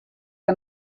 que